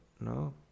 no